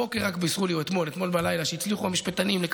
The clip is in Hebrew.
הבוקר או אתמול בלילה בישרו לי שהמשפטנים הצליחו